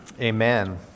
Amen